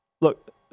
Look